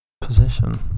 position